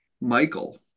Michael